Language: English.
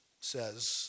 says